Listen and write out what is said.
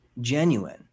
genuine